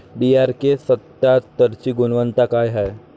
DRK सत्यात्तरची गुनवत्ता काय हाय?